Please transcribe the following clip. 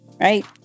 right